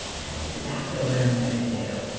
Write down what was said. that's exactly what i'm gonna do.